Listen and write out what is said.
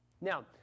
Now